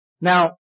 Now